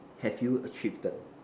have you achieved